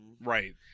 Right